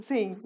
Sim